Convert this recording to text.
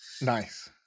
Nice